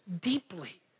deeply